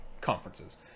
conferences